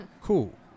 cool